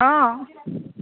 অঁ